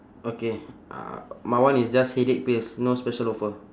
okay uh my one is just headache pills no special offer